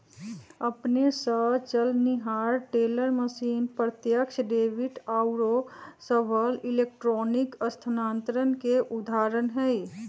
अपने स चलनिहार टेलर मशीन, प्रत्यक्ष डेबिट आउरो सभ इलेक्ट्रॉनिक स्थानान्तरण के उदाहरण हइ